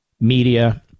media